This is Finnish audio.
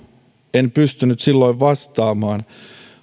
en pystynyt silloin vastaamaan